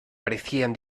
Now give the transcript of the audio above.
parecían